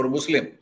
Muslim